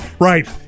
Right